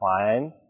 fine